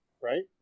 right